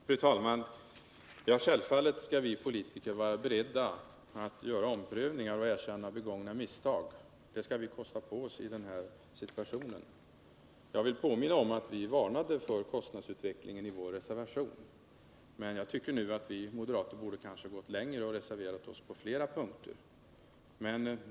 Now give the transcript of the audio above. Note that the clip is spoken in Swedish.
Fru talman! Självfallet skall vi politiker vara beredda att göra omprövningar och erkänna begångna misstag. Det skall vi kosta på oss i denna situation. Jag vill påminna om att vi varnade för kostnadsutvecklingen i vår reservation, men jag tycker nu att vi moderater kanske borde gått längre och reserverat oss på flera punkter.